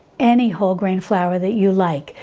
any whole grain flour that you like,